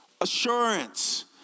Assurance